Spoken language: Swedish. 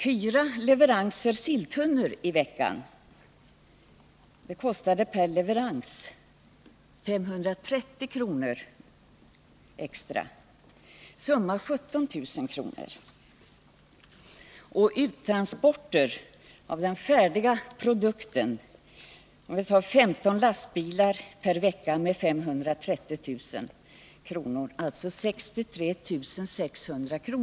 Fyra leveranser silltunnor i veckan kostade per leverans 530 kr. extra, vilket gör 17 000 kr. för den här perioden. För uttransporter av den färdiga produkten blir beloppet, om vi räknar med en merkostnad på 530 kr. per lastbil och 15 lastbilar per vecka, 63 600 kr.